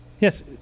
yes